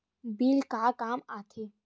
Bill का काम आ थे?